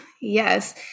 Yes